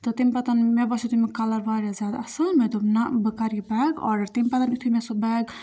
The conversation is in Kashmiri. تہٕ تَمہِ پَتہٕ مےٚ باسیو تَمیُک کَلَر واریاہ زیادٕ اَصٕل مےٚ دوٚپ نہ بہٕ کَرٕ یہِ بیگ آڈَر تٔمۍ پَتہٕ یُتھُے مےٚ سُہ بیگ